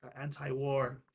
anti-war